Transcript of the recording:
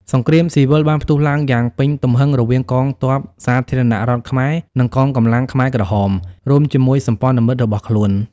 សង្គ្រាមស៊ីវិលបានផ្ទុះឡើងយ៉ាងពេញទំហឹងរវាងកងទ័ពសាធារណរដ្ឋខ្មែរ និងកងកម្លាំងខ្មែរក្រហម រួមជាមួយសម្ព័ន្ធមិត្តរបស់ខ្លួន។